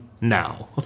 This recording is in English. now